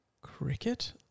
Cricket